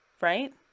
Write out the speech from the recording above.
right